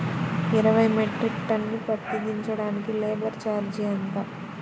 ఇరవై metric ton పత్తి దించటానికి లేబర్ ఛార్జీ ఎంత?